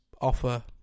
offer